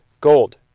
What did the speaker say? gold